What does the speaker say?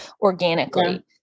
organically